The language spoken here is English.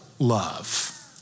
love